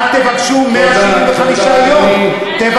אל תבקשו 175 יום, תודה.